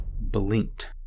blinked